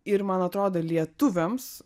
ir man atrodo lietuviams